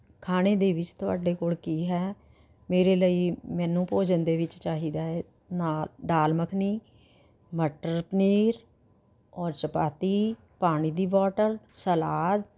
ਖਾਣੇ ਦੇ ਵਿੱਚ ਤੁਹਾਡੇ ਕੋਲ ਕੀ ਹੈ ਮੇਰੇ ਲਈ ਮੈਨੂੰ ਭੋਜਨ ਦੇ ਵਿੱਚ ਚਾਹੀਦਾ ਹੈ ਨਾਲ ਦਾਲ ਮੱਖਣੀ ਮਟਰ ਪਨੀਰ ਔਰ ਚਪਾਤੀ ਪਾਣੀ ਦੀ ਬੌਟਲ ਸਲਾਦ